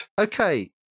Okay